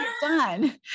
Done